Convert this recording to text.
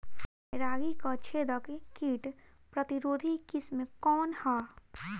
रागी क छेदक किट प्रतिरोधी किस्म कौन ह?